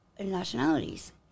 Nationalities